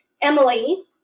emily